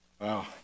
Wow